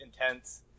intense